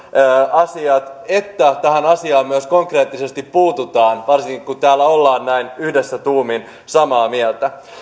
asiat että tähän asiaan myös konkreettisesti puututaan varsinkin kun täällä ollaan näin yhdessä tuumin samaa mieltä